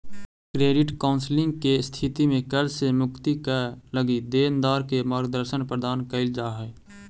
credit counselling के स्थिति में कर्ज से मुक्ति क लगी देनदार के मार्गदर्शन प्रदान कईल जा हई